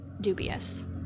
dubious